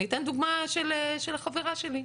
אני אתן דוגמה של החברה שלי.